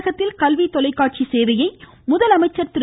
தமிழகத்தில் கல்வி தொலைக்காட்சி சேவையை முதலமைச்சர் திரு